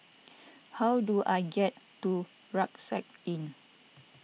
how do I get to Rucksack Inn